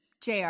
JR